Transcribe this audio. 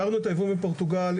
הווטרינריים בפועל.